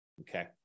Okay